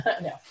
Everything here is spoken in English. No